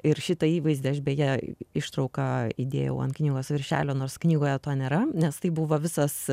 ir šitą įvaizdį aš beje ištrauką įdėjau ant knygos viršelio nors knygoje to nėra nes tai buvo visas